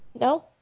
No